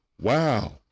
Wow